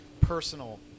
personal